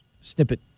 snippet